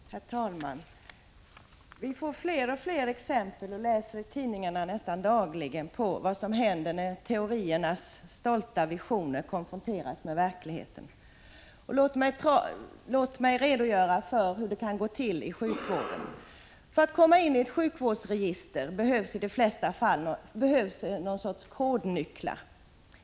Herr talman! Vi får fler och fler exempel på och läser i tidningarna nästan dagligen om vad som händer när teoriernas stolta visioner konfronteras med verkligheten. Låt mig redogöra för hur det kan gå till i sjukvården. För att komma in i ett sjukvårdsregister behövs någon sorts kodnyckel.